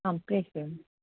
आं प्रेषयामि